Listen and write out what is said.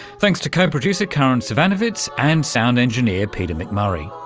thanks to co-producer karin zsivanovits and sound engineer peter mcmurry.